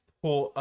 pull